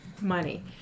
money